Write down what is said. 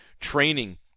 training